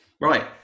Right